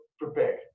prepared